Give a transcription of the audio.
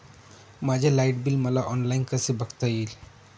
माझे light bill मला online कसे बघता येईल?